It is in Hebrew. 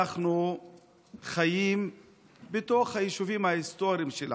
אנחנו חיים בתוך היישובים ההיסטוריים שלנו.